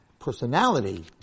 personality